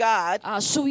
God